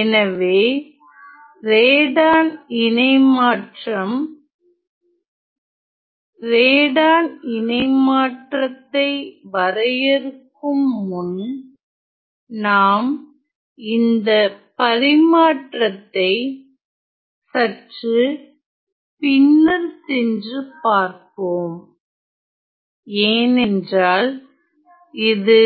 எனவே ரேடான் இணைமாற்றம் ரேடான் இணைமாற்றதை வரையறுக்கும்முன் நாம் இந்த பரிமாற்றத்தை சற்று பின்னர்சென்று பார்ப்போம் ஏனென்றால் இது